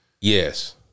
Yes